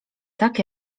tak